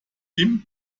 him